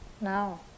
now